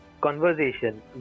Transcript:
conversation